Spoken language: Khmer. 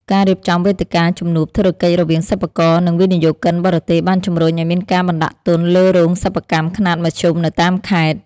ការរៀបចំវេទិកាជំនួបធុរកិច្ចរវាងសិប្បករ និងវិនិយោគិនបរទេស បានជំរុញឱ្យមានការបណ្ដាក់ទុនលើរោងសិប្បកម្មខ្នាតមធ្យមនៅតាមខេត្ត។